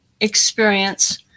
experience